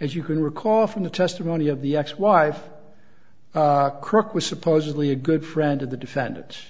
as you can recall from the testimony of the ex wife a crook was supposedly a good friend of the defendant